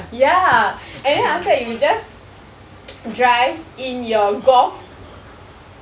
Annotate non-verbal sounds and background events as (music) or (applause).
ya and then after that you just (noise) drive in your golf